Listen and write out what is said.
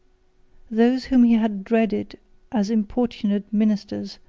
those whom he had dreaded as importunate ministers,